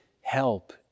help